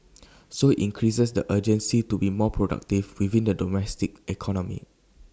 so IT increases the urgency to be more productive within the domestic economy